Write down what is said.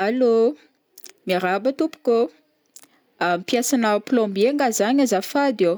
Allô, miarahaba tompoko ô, mpiasan'ny plombier ngah zagn azafady ô,